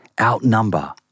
outnumber